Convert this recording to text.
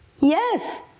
yes